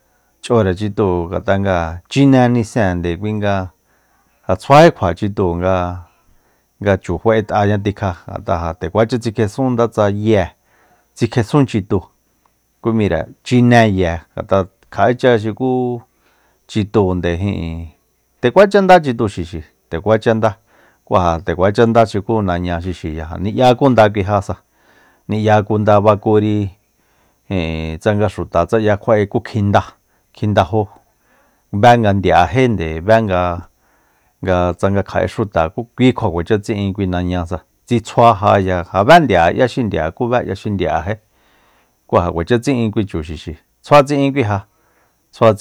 Ch'ore chitúu ngat'a nga chine niséende kui nga ja tsjuají kjua chitu nga- nga chu fa'et'aña tikja ngat'a ja ndekuacha tsikjesún ndetsa ye tsikjesun chutúu kú m'íre chine ya ngat'a kja'écha xuku chitúunde ijin nde kuacha nda chitu xixi nde kuacha nda kú ja nde kuacha nda xuku naña xixiya ja ni'ya kunda kui ja sa ni'ya kunda bakuri ijin tsanga xuta tsa 'ya kjua'e ku kjinda kjindajo bé nga ndiaéjínde bé nga- nga tsanga kja'e xuta ku kí kjua kuacha tsi'in nañasa tsi tsjua ja ya ja bé ndia'e 'yá xi ndia'e kú be 'ya xi ndia'e jí ku ja kuacha tsi'in kui chu xixi tsjua tsi'in kui ja tsjua